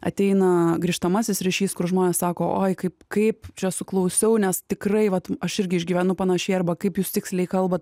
ateina grįžtamasis ryšys kur žmonės sako oi kaip kaip čia suklausiau nes tikrai vat aš irgi išgyvenu panašiai arba kaip jūs tiksliai kalbat